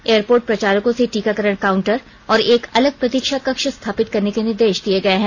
airport प्रचालकों से टीकाकरण काउंटर और एक अलग प्रतीक्षा कक्ष स्थापित करने के निर्देश दिए गए हैं